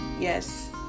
Yes